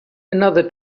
another